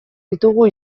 ditugu